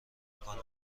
کنی